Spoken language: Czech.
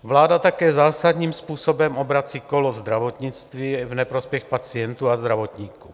Vláda také zásadním způsobem obrací kolo zdravotnictví v neprospěch pacientů a zdravotníků.